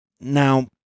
now